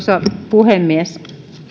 puhemies